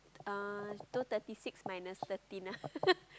uh two thirty six minus thirteen ah